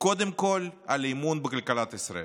קודם כול על האמון בכלכלת ישראל,